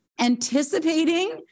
anticipating